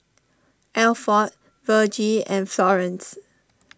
Alford Vergie and Florence